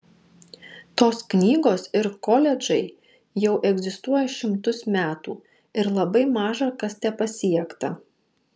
tos knygos ir koledžai jau egzistuoja šimtus metų ir labai maža kas tepasiekta